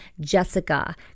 Jessica